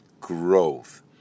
growth